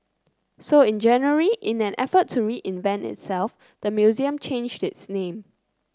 so in January in an effort to reinvent itself the museum changed its name